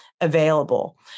available